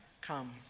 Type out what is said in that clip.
Come